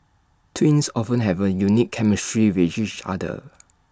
twins often have A unique chemistry with each other